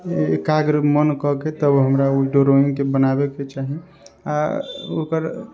एकाग्र मन कए कऽ तब हमरा उ ड्रॉइंगके बनाबैके चाही आओर ओकर